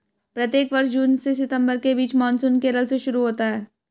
प्रत्येक वर्ष जून से सितंबर के बीच मानसून केरल से शुरू होता है